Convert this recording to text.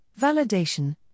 Validation